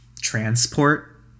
transport